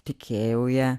tikėjau ja